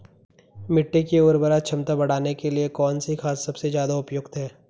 मिट्टी की उर्वरा क्षमता बढ़ाने के लिए कौन सी खाद सबसे ज़्यादा उपयुक्त है?